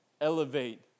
elevate